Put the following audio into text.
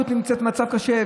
מצב הבריאות כולו קשה,